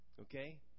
okay